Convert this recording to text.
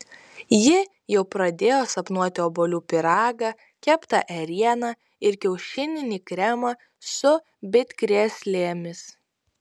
ji jau pradėjo sapnuoti obuolių pyragą keptą ėrieną ir kiaušininį kremą su bitkrėslėmis